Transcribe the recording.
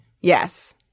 Yes